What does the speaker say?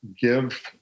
give